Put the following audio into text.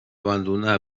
abandonar